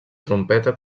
trompeta